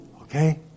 Okay